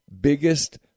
biggest